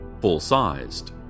full-sized